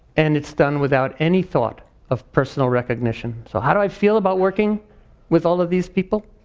and it's done without any thought of personal recognition. so how do i feel about working with all of these people?